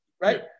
right